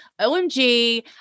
OMG